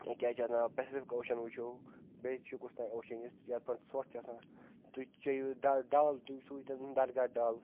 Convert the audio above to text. کیٛاہ چھِ اَتھ ناو پیسِفِک اوشَن وٕچھِو بیٚیہِ چھُ کُس تام اوشَن یُس یَتھ پٮ۪ٹھ ژھۄٹھ چھِ آسان تُہۍ چیٚیِو ڈل ڈَل تُہۍ وٕچھِو ییٚتٮ۪ن درگاہ ڈَل